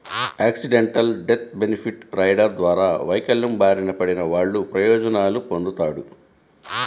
accidental death benefit rider ద్వారా వైకల్యం బారిన పడినవాళ్ళు ప్రయోజనాలు పొందుతాడు